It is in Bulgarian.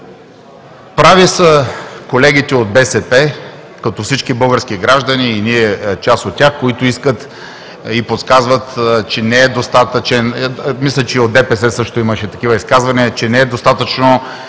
Прави са колегите от БСП, като всички български граждани и ние сме част от тях, които искат и подсказват, мисля, че и от ДПС също имаше такива изказвания, че не е достатъчно